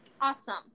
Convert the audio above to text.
Awesome